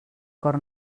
cor